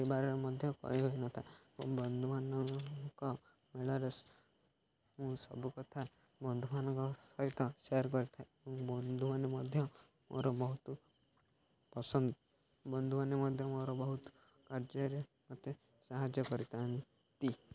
ପରିବାରରେ ମଧ୍ୟ କହି ହୋଇନଥାଏ ବନ୍ଧୁମାନଙ୍କ ମେଳରେ ମୁଁ ସବୁ କଥା ବନ୍ଧୁମାନଙ୍କ ସହିତ ସେୟାର୍ କରିଥାଏ ଏବଂ ବନ୍ଧୁମାନେ ମଧ୍ୟ ମୋର ବହୁତୁ ପସନ୍ଦ ବନ୍ଧୁମାନେ ମଧ୍ୟ ମୋର ବହୁତ କାର୍ଯ୍ୟରେ ମୋତେ ସାହାଯ୍ୟ କରିଥାନ୍ତି